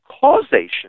causation